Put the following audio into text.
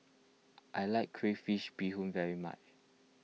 I like Crayfish BeeHoon very much